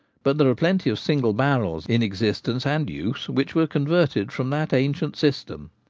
but there are plenty of single-barrels in existence and use which were converted from that ancient system.